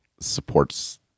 supports